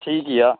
ठीक यऽ